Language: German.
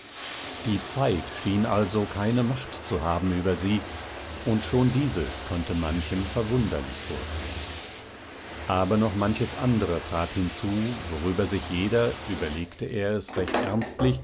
die zeit schien also keine macht zu haben über sie und schon dieses konnte manchem verwunderlich vorkommen aber noch manches andere trat hinzu worüber sich jeder überlegte er es recht